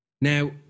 Now